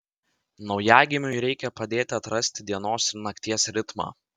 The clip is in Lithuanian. naujagimiui reikia padėti atrasti dienos ir nakties ritmą